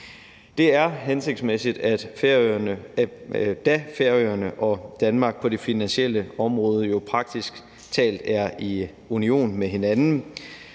Det er hensigtsmæssigt, da Færøerne og Danmark på det finansielle område jo praktisk talt er i union med hinanden.